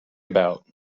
about